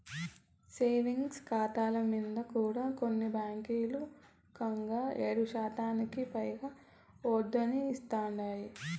savings కాతాల మింద కూడా కొన్ని బాంకీలు కంగా ఏడుశాతానికి పైగా ఒడ్డనిస్తాందాయి